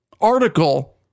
article